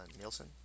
Nielsen